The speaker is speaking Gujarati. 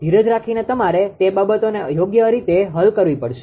ધીરજ રાખીને તમારે તે બાબતોને યોગ્ય રીતે હલ કરવી પડશે